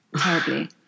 Terribly